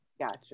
gotcha